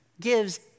gives